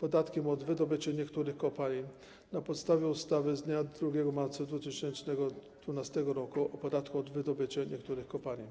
podatkiem od wydobycia niektórych kopalin na podstawie ustawy z dnia 2 marca 2012 r. o podatku od wydobycia niektórych kopalin.